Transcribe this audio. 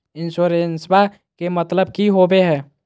इंसोरेंसेबा के मतलब की होवे है?